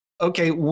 okay